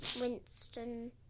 Winston